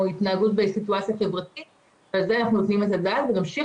התנהגות בסיטואציה חברתית ועל זה אנחנו נותנים את הדעת ונמשיך